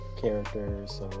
characters